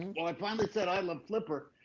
well, i finally said, i love flipper.